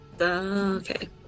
okay